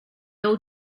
old